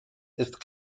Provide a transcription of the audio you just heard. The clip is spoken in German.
ist